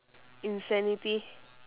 insanity